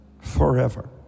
forever